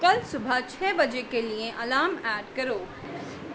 کل صبح چھے بجے کے لیے الام ایڈ کرو